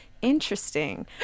Interesting